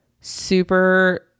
super